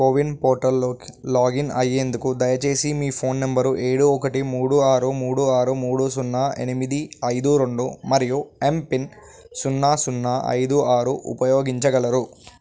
CoWIN పోర్టల్లోకి login అయ్యేందుకు దయచేసి మీ ఫోన్ నంబరు ఏడు ఒకటి మూడు ఆరు మూడు ఆరు మూడు సున్నా ఎనిమిది ఐదు రెండు మరియు ఎంపిన్ సున్నా సున్నా ఐదు ఆరు ఉపయోగించగలరు